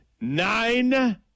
Nine